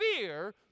fear